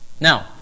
Now